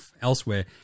elsewhere